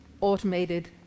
automated